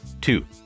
two